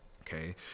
Okay